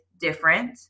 different